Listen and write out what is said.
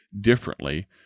differently